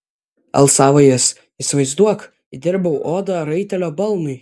alsavo jis įsivaizduok įdirbau odą raitelio balnui